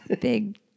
Big